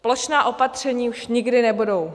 Plošná opatření už nikdy nebudou.